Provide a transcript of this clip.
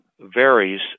varies